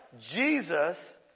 Jesus